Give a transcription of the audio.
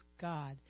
God